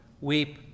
weep